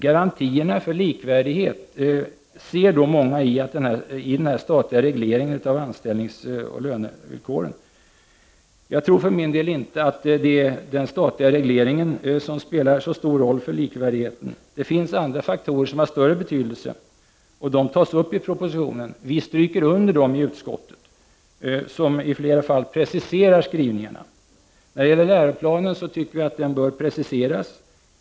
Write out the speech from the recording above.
Många ser i den statliga regleringen av anställningsoch lönevillkoren garantier för likvärdighet. Jag tror för min del inte att den statliga regleringen spelar så stor roll för likvärdigheten. Det finns andra faktorer som har större betydelse, och de tas upp i propositionen. Vi stryker i utskottet under dem och preciserar i flera fall skrivningarna. Vi tycker att läroplanen bör preciseras.